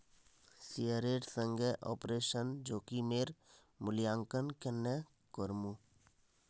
शेयरेर संगे ऑपरेशन जोखिमेर मूल्यांकन केन्ने करमू